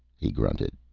he grunted.